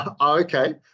Okay